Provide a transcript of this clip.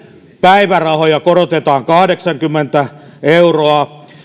päivärahoja korotetaan kahdeksankymmentä euroa